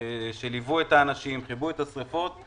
שליוו את האנשים, כיבו את השריפות.